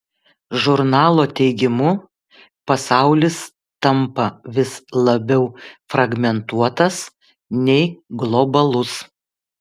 žurnalo teigimu pasaulis tampa vis labiau fragmentuotas nei globalus